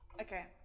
Okay